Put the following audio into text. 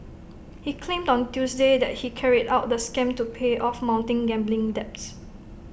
he claimed on Tuesday that he carried out the scam to pay off mounting gambling debts